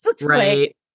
Right